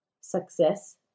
Success